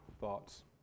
thoughts